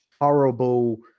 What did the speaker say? horrible